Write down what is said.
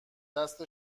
دست